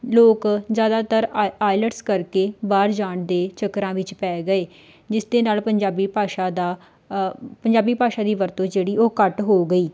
ਲੋਕ ਜ਼ਿਆਦਾਤਰ I IELTS ਕਰਕੇ ਬਾਹਰ ਜਾਣ ਦੇ ਚੱਕਰਾਂ ਵਿੱਚ ਪੈ ਗਏ ਜਿਸ ਦੇ ਨਾਲ ਪੰਜਾਬੀ ਭਾਸ਼ਾ ਦਾ ਪੰਜਾਬੀ ਭਾਸ਼ਾ ਦੀ ਵਰਤੋਂ ਜਿਹੜੀ ਉਹ ਘੱਟ ਹੋ ਗਈ